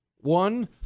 One